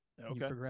Okay